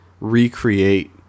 recreate